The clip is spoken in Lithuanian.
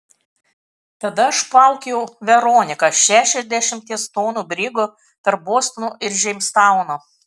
tada aš plaukiojau veronika šešiasdešimties tonų brigu tarp bostono ir džeimstauno